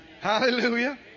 Hallelujah